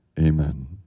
amen